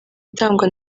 itangwa